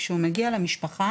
כשהאמבולנס מגיע למשפחה,